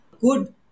good